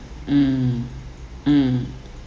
mm mm